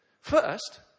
First